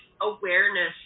awareness